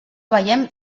veiem